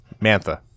Mantha